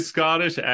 Scottish